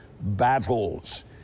battles